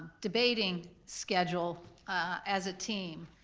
debating schedule as a team,